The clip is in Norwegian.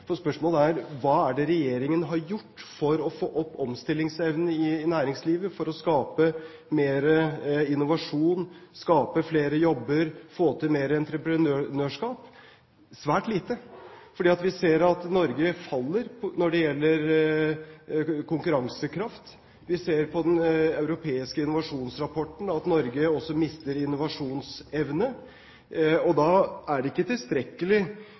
Spørsmålet er: Hva er det regjeringen har gjort for å få opp omstillingsevnen i næringslivet, for å skape mer innovasjon, skape flere jobber, få til mer entreprenørskap? Svært lite, for vi ser at Norge faller når det gjelder konkurransekraft, vi ser på den europeiske innovasjonsrapporten at Norge også mister innovasjonsevne. Da er det ikke tilstrekkelig